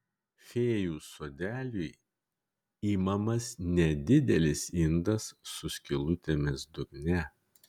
fėjų sodeliui imamas nedidelis indas su skylutėmis dugne